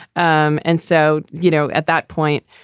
um and so, you know, at that point,